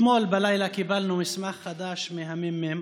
אתמול בלילה קיבלנו מסמך חדש מהממ"מ,